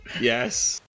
Yes